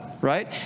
right